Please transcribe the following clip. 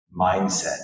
mindset